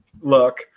look